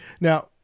Now